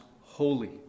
holy